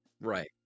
Right